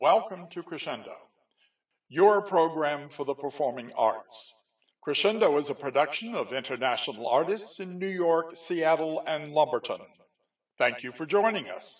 welcome to crescendo your program for the performing arts crescendo was a production of international artists in new york seattle and lumberton thank you for joining us